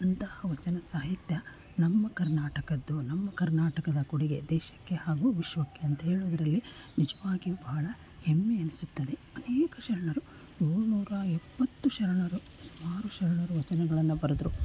ಅಂತಹ ವಚನ ಸಾಹಿತ್ಯ ನಮ್ಮ ಕರ್ನಾಟಕದ್ದು ನಮ್ಮ ಕರ್ನಾಟಕದ ಕೊಡುಗೆ ದೇಶಕ್ಕೆ ಹಾಗು ವಿಶ್ವಕ್ಕೆ ಅಂತ ಹೇಳೋದ್ರಲ್ಲಿ ನಿಜವಾಗಿಯು ಭಾಳ ಹೆಮ್ಮೆ ಅನಿಸುತ್ತದೆ ಅನೇಕ ಶರಣರು ನೂರು ನೂರಾ ಎಪ್ಪತ್ತು ಶರಣರು ಸುಮಾರು ಶರಣರು ವಚನಗಳನ್ನು ಬರೆದ್ರು